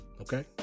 Okay